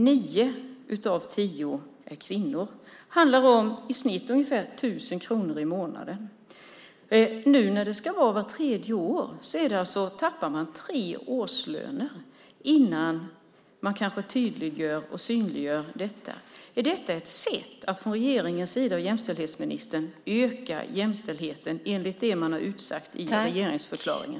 Nio av tio är kvinnor. I genomsnitt handlar det om ungefär 1 000 kronor i månaden. Nu när det ska vara vart tredje år tappar man alltså tre årslöner innan detta kanske tydliggörs och synliggörs. Är det här ett sätt att från regeringens och jämställdhetsministerns sida öka jämställdheten enligt vad man utsagt i regeringsförklaringen?